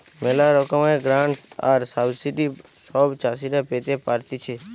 ম্যালা রকমের গ্রান্টস আর সাবসিডি সব চাষীরা পেতে পারতিছে